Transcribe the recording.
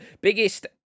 Biggest